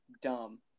dumb